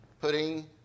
putting